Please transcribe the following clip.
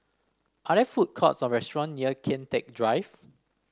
are there food courts or restaurant near Kian Teck Drive